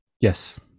Yes